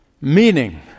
meaning